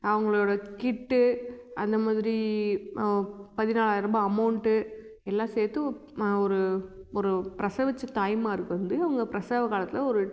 அவங்களோட கிட்டு அந்தமாதிரி பதினாலாயிரூபா அமௌண்ட்டு எல்லாம் சேர்த்து ஒரு ஒரு பிரசவிச்ச தாய்மாருக்கு வந்த அவங்க பிரசவ காலத்தில் ஒரு